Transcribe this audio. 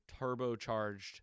turbocharged